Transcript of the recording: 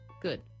good